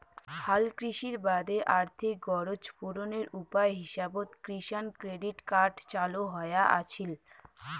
হালকৃষির বাদে আর্থিক গরোজ পূরণের উপায় হিসাবত কিষাণ ক্রেডিট কার্ড চালু হয়া আছিল